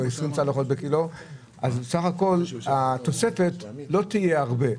20 צלחות אז בסך הכול התוספת לא תהיה רבה.